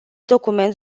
document